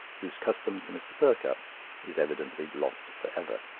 whose custom to mr. perkupp is evidently lost for ever.